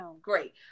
Great